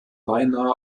beinahe